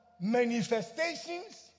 manifestations